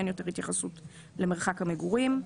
אין יותר התייחסות למרחק המגורים.